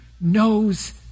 knows